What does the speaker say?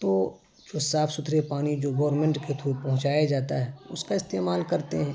تو جو صاف ستھرے پانی جو گورنمنٹ کے تھرو پہنچایا جاتا ہے اس کا استعمال کرتے ہیں